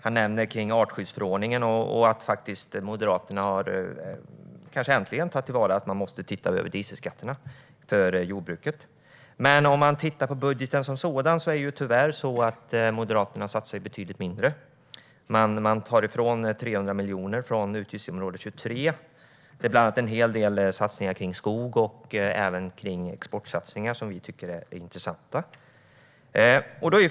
Han nämner artskyddsförordningen och att Moderaterna nu kanske äntligen tänker att man måste se över dieselskatterna för jordbruket. Om man ser på budgeten som sådan ser man dock tyvärr att Moderaterna satsar betydligt mindre. Man tar 300 miljoner från utgiftsområde 23. Det handlar bland annat om en hel del satsningar på skog och även export som vi tycker är intressant.